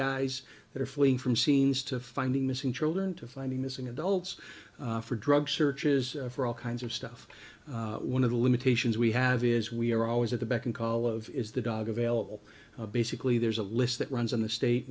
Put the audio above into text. guys that are fleeing from scenes to find the missing children to find the missing adults for drug searches for all kinds of stuff one of the limitations we have is we are always at the beck and call of is the dog available basically there's a list that runs in the state